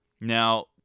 Now